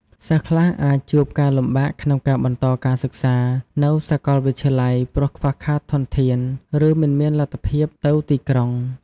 សិស្សខ្លះអាចជួបការលំបាកក្នុងការបន្តការសិក្សានៅសាកលវិទ្យាល័យព្រោះខ្វះខាតធនធានឬមិនមានលទ្ធភាពទៅទីក្រុង។